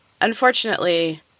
Unfortunately